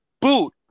boot